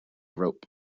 rope